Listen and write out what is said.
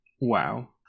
Wow